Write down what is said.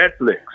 Netflix